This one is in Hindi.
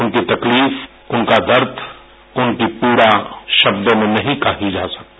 उनकी तकलीफ उनका दर्द और उनकी पीड़ा शब्दों में नहीं कही जा सकती